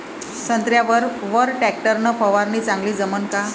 संत्र्यावर वर टॅक्टर न फवारनी चांगली जमन का?